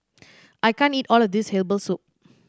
I can't eat all of this herbal soup